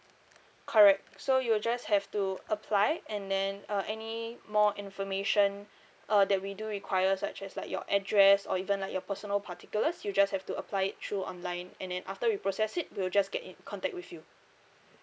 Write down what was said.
correct so you'll just have to apply and then uh any more information uh that we do require such as like your address or even like your personal particulars you just have to apply it through online and then after we process it we'll just get in contact with you